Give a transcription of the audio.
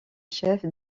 chef